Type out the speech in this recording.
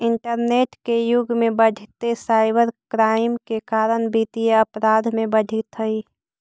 internet के युग में बढ़ीते साइबर क्राइम के कारण वित्तीय अपराध भी बढ़ित हइ